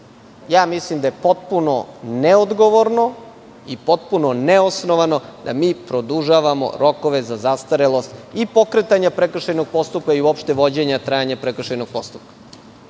Mislim da je potpuno neodgovorno i potpuno neosnovano da mi produžavamo rokove za zastarelost i pokretanja prekršajnog postupka i uopšte vođenja i trajanja prekršajnog postupka.